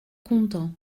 content